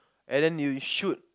and then you shoot